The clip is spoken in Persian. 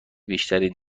بیشتری